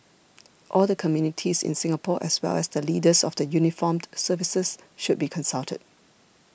all the communities in Singapore as well as the leaders of the uniformed services should be consulted